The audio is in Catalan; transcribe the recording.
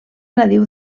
nadiu